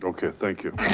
okay, thank you.